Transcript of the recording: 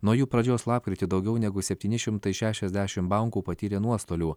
nuo jų pradžios lapkritį daugiau negu septyni šimtai šešiasdešimt bankų patyrė nuostolių